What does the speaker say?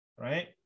right